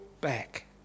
back